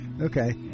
Okay